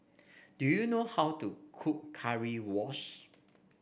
do you know how to cook Currywurst